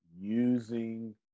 using